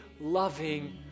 loving